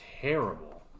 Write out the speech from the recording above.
terrible